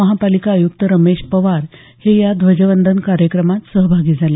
महापालिका आयुक्त रमेश पवार हे या ध्वजवंदन कार्यक्रमात सहभागी झाले